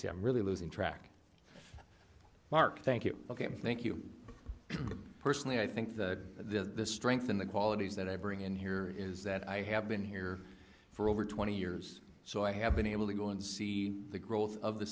see i'm really losing track mark thank you ok thank you personally i think the strength and the qualities that i bring in here is that i have been here for over twenty years so i have been able to go and see the growth of the